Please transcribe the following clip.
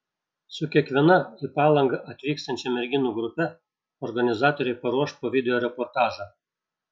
su kiekviena į palangą atvyksiančia merginų grupe organizatoriai paruoš po video reportažą